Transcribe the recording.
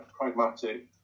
Pragmatic